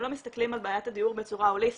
אם לא מסתכלים על בעיית הדיור בצורה הוליסטית